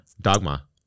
dogma